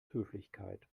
höflichkeit